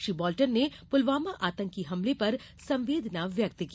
Shri Bolton ने पुलवामा आतंकी हमले पर संवेदना व्यक्त की